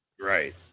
Right